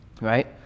Right